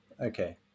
okay